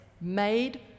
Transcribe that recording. made